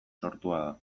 sortua